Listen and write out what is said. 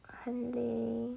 很累